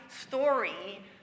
story